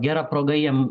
gera proga jiem